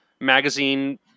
magazine